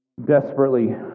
Desperately